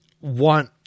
want